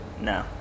no